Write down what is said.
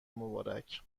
مبارک